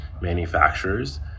manufacturers